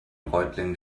reutlingen